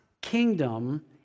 kingdom